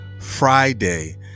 Friday